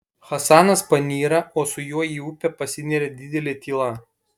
hasanas panyra o su juo į upę pasineria didelė tyla